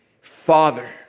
Father